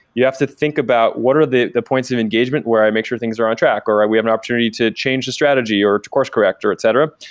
you have to think about what are the the points of engagement where i make sure things are on track or or we have an opportunity to change the strategy or to course corrector, or etc.